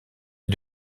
est